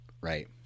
right